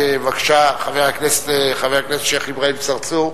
בבקשה, חבר הכנסת שיח' אברהים צרצור,